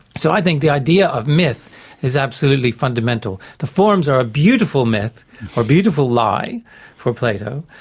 so i think the idea of myth is absolutely fundamental. the forms are a beautiful myth or beautiful lie for plato,